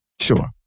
Sure